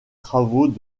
travaux